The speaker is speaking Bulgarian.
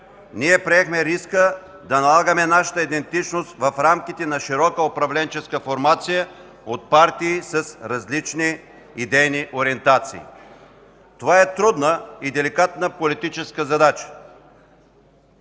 Ние приехме риска да налагаме нашата идентичност в рамките на широка управленческа формация от партии с различни идейни ориентации. Това е трудна и деликатна политическа задача,